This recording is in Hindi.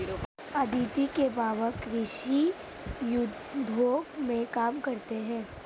अदिति के मामा कृषि उद्योग में काम करते हैं